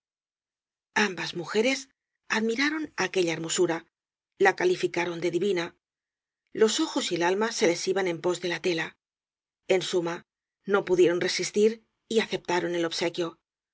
ambas mujeres admiraron aquella hermosura la calificaron de divina los ojos y el alma se les iban en pos de la tela en suma no pudieron re sistir y aceptaron el obsequio